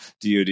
DOD